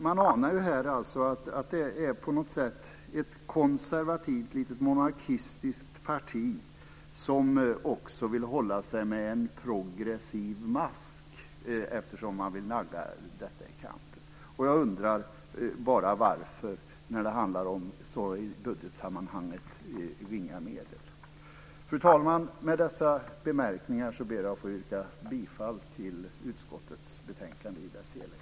Man anar här att det på något sätt är ett konservativt litet monarkistiskt parti som också vill hålla sig med en progressiv mask, eftersom man vill nagga detta i kanten. Jag undrar bara varför, när det i budgetsammanhanget handlar om så ringa medel. Fru talman! Med dessa bemärkningar ber jag att få yrka bifall till förslaget i dess helhet i utskottets betänkande.